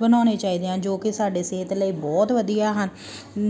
ਬਣਾਉਣੇ ਚਾਹੀਦੇ ਹਨ ਜੋ ਕਿ ਸਾਡੇ ਸਿਹਤ ਲਈ ਬਹੁਤ ਵਧੀਆ ਹਨ